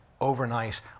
overnight